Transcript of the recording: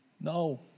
No